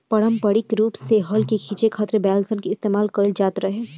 पारम्परिक रूप से हल के खीचे खातिर बैल सन के इस्तेमाल कईल जाट रहे